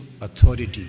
authority